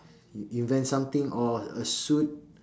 in~ invent something or a suit